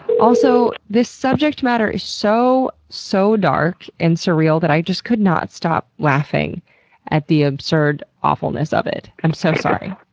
also, this subject matter is so, so dark and surreal and i just could not stop laughing at the absurd awfulness of it. i'm so sorry.